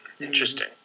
interesting